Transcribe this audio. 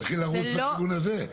זה מתחיל לרוץ לכיוון הזה.